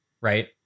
right